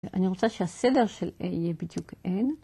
אני רוצה שהסדר של A יהיה בדיוק N.